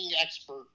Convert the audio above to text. expert